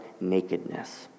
nakedness